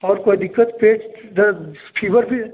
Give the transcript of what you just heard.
और कोई दिक्कत पेट दर्द फीवर भी